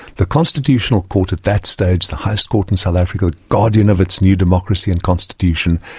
the constitutional court at that stage, the highest court in south africa, the guardian of its new democracy and constitution,